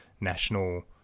national